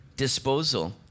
Disposal